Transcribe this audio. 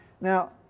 Now